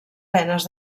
penes